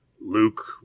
Luke